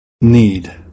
need